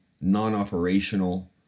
non-operational